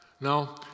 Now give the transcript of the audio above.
Now